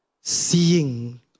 seeing